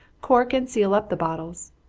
cork and seal up the bottles.